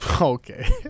Okay